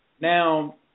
now